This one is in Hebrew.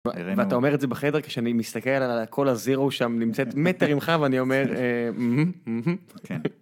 ואתה אומר את זה בחדר כשאני מסתכל על הקולה זירו שם נמצאת מטר ממך ואני אומר.